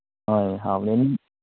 ꯍꯣꯏ ꯍꯥꯎꯗꯣꯏꯅꯤ